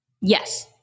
Yes